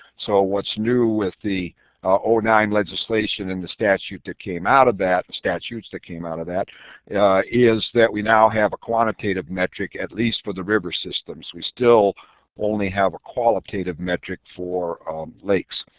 so what's new with the nine legislation and the statute that came out of that statutes that came out of that is that we now have a quantitative metric at least for the river systems. we still only have a qualitative metric for lakes.